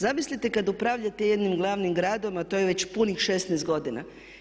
Zamislite kad upravljate jednim glavnim gradom, a to je već punih 16 godina.